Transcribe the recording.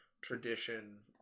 tradition